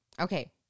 okay